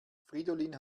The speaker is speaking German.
fridolin